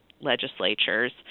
legislatures